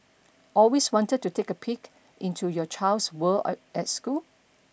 always wanted to take a peek into your child's world at school